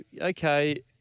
okay